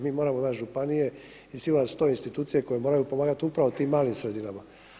Mi moramo … [[Govornik se ne razumije]] županije … su to institucije koje moraju pomagati upravo tih malim sredinama.